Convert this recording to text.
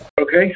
Okay